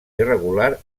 irregular